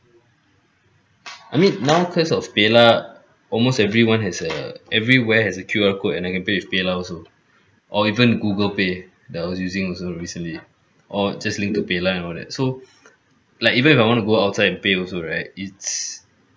I mean now cause of paylah almost everyone has a everywhere has a Q_R code and I can pay with paylah also or even google pay that I was using also recently or just link to paylah and all that so like even if I want to go outside and pay also right it's